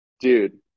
dude